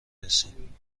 رسیم